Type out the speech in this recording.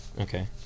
Okay